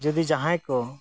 ᱡᱚᱫᱤ ᱡᱟᱦᱟᱸᱭ ᱠᱚ